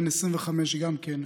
בן 25 גם כן,